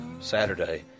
Saturday